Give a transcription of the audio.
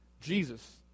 Jesus